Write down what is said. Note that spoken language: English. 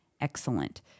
Excellent